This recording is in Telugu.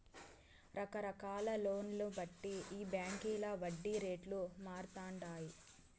రకరకాల లోన్లను బట్టి ఈ బాంకీల వడ్డీ రేట్లు మారతండాయి